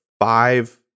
five